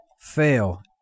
fail